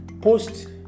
post